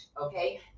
okay